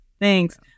thanks